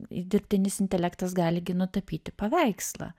dirbtinis intelektas gali gi nutapyti paveikslą